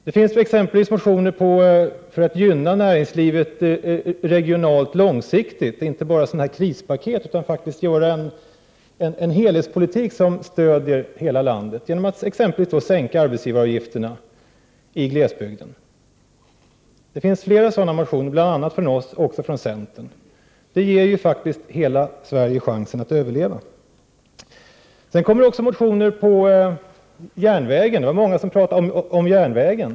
Det finns exempelvis motioner med förslag om att man, i stället för att ta till krispaket, skall gynna näringslivet regionalt långsiktigt och föra en helhetspolitik som stödjer hela landet genom att exempelvis sänka arbetsgivaravgifterna på glesbygden. Det finns flera sådana motioner, bl.a. från oss och från centern. De ger faktiskt hela Sverige chansen att överleva. Det finns även motioner som handlar om järnvägen. Det var många som pratade om järnvägen.